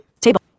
Table